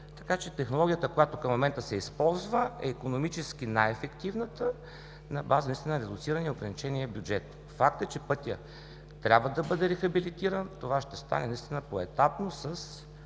съвет. Технологията, която към момента се използва, е икономически най-ефективната на база на редуцирания и ограничен бюджет. Факт е, че пътят трябва да бъде рехабилитиран. Това ще стане поетапно с